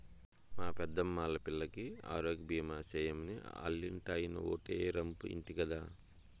మా పెద్దమ్మా ఆల్లా పిల్లికి ఆరోగ్యబీమా సేయమని ఆల్లింటాయినో ఓటే రంపు ఇంటి గదా